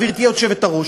גברתי היושבת-ראש,